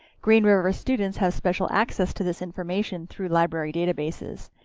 green river students have special access to this information through library databases.